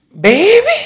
baby